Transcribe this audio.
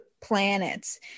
planets